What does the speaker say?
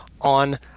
on